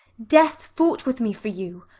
death fought with me for you.